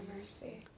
mercy